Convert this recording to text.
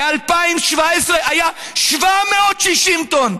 ב-2017 היה 760 טון,